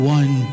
one